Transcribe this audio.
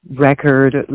record